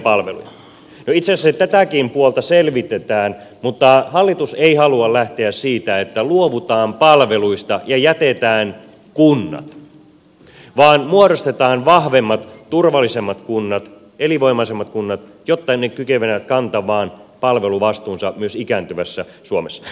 itse asiassa tätäkin puolta selvitetään mutta hallitus ei halua lähteä siitä että luovutaan palveluista ja jätetään kunnat vaan muodostetaan vahvemmat turvallisemmat kunnat elinvoimaisemmat kunnat jotta ne kykenevät kantamaan palveluvastuunsa myös ikääntyvässä suomessa